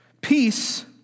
Peace